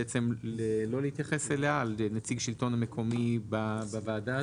לנציג שלטון מקומי בוועדה?